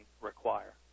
require